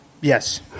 Yes